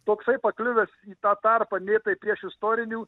spoksai pakliuvęs į tą tarpą lėtai priešistorinių